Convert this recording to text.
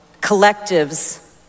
collectives